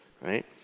right